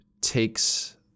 takes